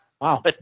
Wow